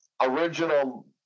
original